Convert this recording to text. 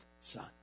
son